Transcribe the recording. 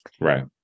Right